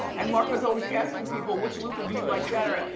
and marco's always asking people, which luther do you like better?